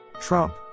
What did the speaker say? Trump